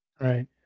Right